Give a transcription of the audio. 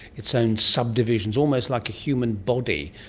it's own subdivisions, almost like a human body.